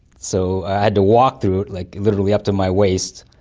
so i had to walk through it like literally up to my waist,